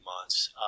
months